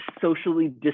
socially